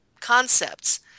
concepts